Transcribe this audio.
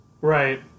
Right